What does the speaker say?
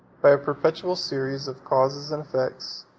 by a perpetual series of causes and effects,